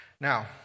Now